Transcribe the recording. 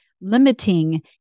limiting